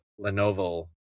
Lenovo